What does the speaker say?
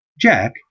Jack